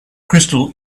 crystal